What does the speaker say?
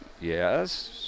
Yes